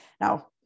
Now